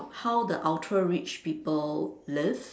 how the Ultra rich people live